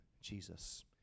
Jesus